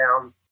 down